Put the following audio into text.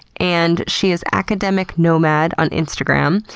and she is academicnomad on instagram.